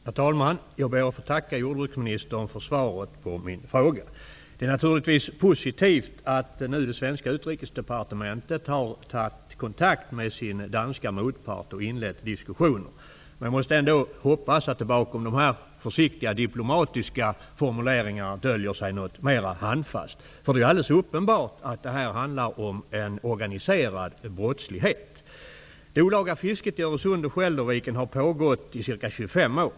Herr talman! Jag ber att få tacka jordbruksministern för svaret på min fråga. Det är naturligtvis positivt att det svenska Utrikesdepartementet har tagit kontakt med sin danska motpart och inlett diskussioner. Jag hoppas ändå att det bakom dessa försiktiga diplomatiska formuleringar döljer sig någonting mera handfast. Det är alldeles uppenbart att det handlar om en organiserad brottslighet. Det olaga fisket i Öresund och Skälderviken har pågått i ca 25 år.